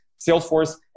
Salesforce